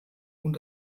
und